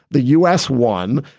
the u s. won,